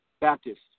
Baptist